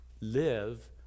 live